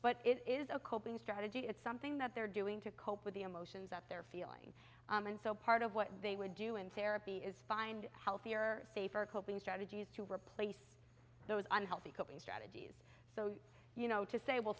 but it is a coping strategy it's something that they're doing to cope with the emotions that they're feeling and so part of what they would do in therapy is find healthier safer coping strategies to replace those unhealthy coping strategies so you know to say we'll